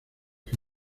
que